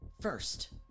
First